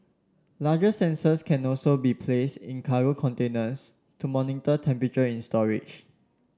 larger sensors can also be place in cargo containers to monitor temperature in storage